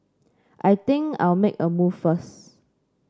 I think I'll make a move first